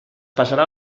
passarà